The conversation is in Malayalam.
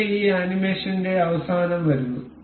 ഇവിടെ ഈ ആനിമേഷന്റെ അവസാനം വരുന്നു